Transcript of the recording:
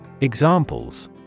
Examples